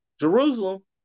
Jerusalem